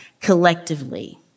collectively